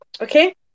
Okay